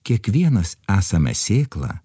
kiekvienas esame sėkla